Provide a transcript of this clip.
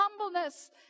humbleness